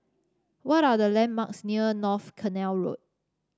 what are the landmarks near North Canal Road